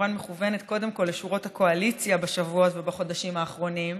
שכמובן מכוונת קודם כול לשורות הקואליציה בשבועות ובחודשים האחרונים,